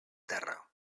terra